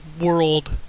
world